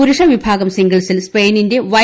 പുരുഷ വിഭാഗം സിംഗിൾസിൽ സ്പെയിനിന്റെ വൈ